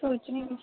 सोचनी कुछ